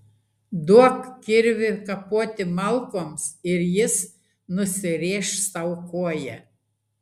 duok kirvį kapoti malkoms ir jis nusirėš sau koją